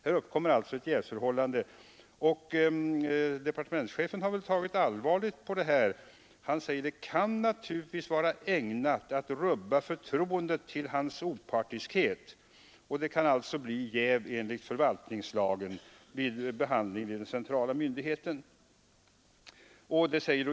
Här uppkommer alltså ett jävsförhållande. Departementschefen har tagit allvarligt på detta och säger att det naturligtvis kan vara ägnat att rubba förtroendet till denne experts opartiskhet. Det kan alltså bli jäv enligt förvaltningslagen vid behandlingen hos den centrala myndigheten.